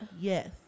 yes